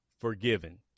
forgiven